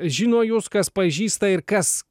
žino jus kas pažįsta ir kas